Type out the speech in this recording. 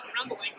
language